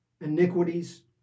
iniquities